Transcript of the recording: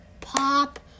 pop